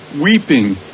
weeping